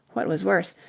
what was worse,